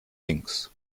links